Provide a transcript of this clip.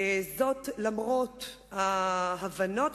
זאת למרות ההבנות,